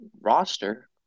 roster